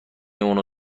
اونو